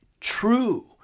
true